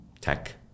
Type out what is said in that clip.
tech